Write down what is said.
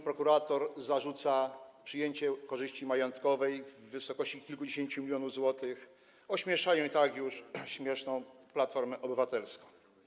prokurator zarzuca przyjęcie korzyści majątkowej w wysokości kilkudziesięciu milionów złotych, ośmieszają i tak już śmieszną Platformę Obywatelską.